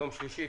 יום שלישי,